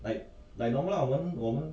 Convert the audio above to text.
I like normal album home